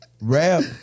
Rap